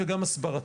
וגם הסברתי.